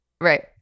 Right